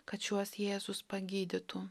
kad šiuos jėzus pagydytų